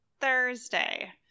Thursday